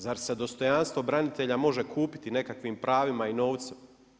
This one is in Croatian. Zar se dostojanstvo branitelja može kupiti nekakvim pravima i novcem?